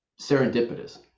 serendipitous